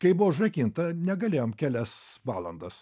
kai buvo užrakinta negalėjom kelias valandas